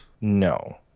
No